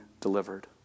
delivered